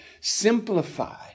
simplify